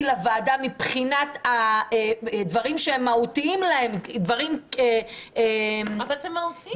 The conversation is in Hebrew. לוועדה מבחינת הדברים שהם מהותיים --- אבל זה מהותי.